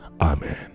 Amen